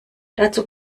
dazu